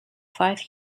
five